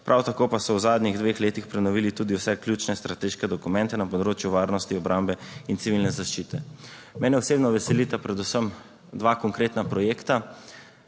prav tako pa so v zadnjih dveh letih prenovili tudi vse ključne strateške dokumente na področju varnosti, obrambe in civilne zaščite. Mene osebno veselita predvsem dva konkretna projekta.